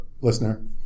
listener